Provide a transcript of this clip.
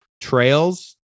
trails